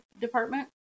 department